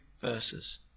verses